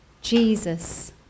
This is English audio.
Jesus